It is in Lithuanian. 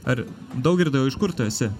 ar daugirdai o iš kur tu esi